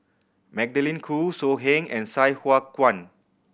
Magdalene Khoo So Heng and Sai Hua Kuan